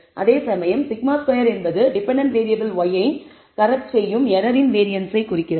அதேசமயம் σ2 என்பது dependent variable y ஐ கரப்ட் செய்யும் எரரின் வேரியன்ஸை குறிக்கிறது